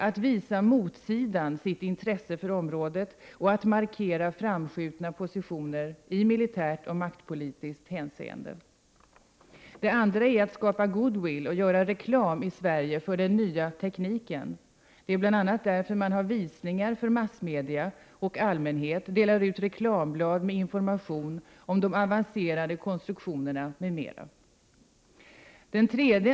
Att visa motsidan sitt intresse för området och att markera framskjutna positioner i militärt och maktpolitiskt hänseende. 2. Att skapa good-will och göra reklam i Sverige för den nya tekniken. Det är bl.a. därför man har visningar för massmedia och allmänhet, delar ut reklamblad med information om de avancerade konstruktionerna m.m. 3.